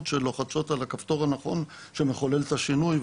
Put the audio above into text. שלוחצות על הכפתור הנכון שמחולל את השינוי,